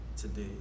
today